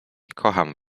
kocham